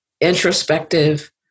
introspective